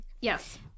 Yes